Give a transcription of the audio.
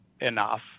enough